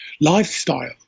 lifestyle